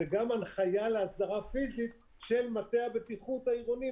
זאת גם הנחיה להסדרה פיזית של מטה הבטיחות העירוני,